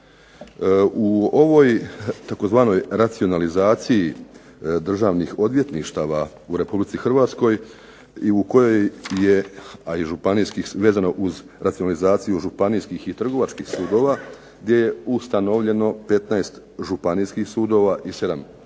U ovoj tzv. racionalizaciji državnih odvjetništava u Republici Hrvatskoj i u kojoj je, a i županijskih vezano uz racionalizaciju županijskih i trgovačkih sudova gdje je ustanovljeno 15 županijskih sudova i 7 trgovačkih